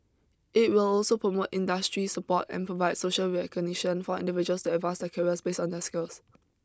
it will also promote industry support and provide social recognition for individuals to advance their careers based on their skills